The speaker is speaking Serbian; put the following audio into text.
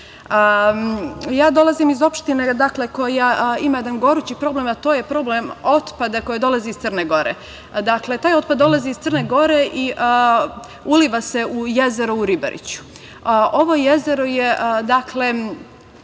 dolazim iz opštine koja ima jedan gorući problem, a to je problem otpada koji dolazi iz Crne Gore. Taj otpad dolazi iz Crne Gore i uliva se u jezeru u Ribariću. Ovo jezero pripada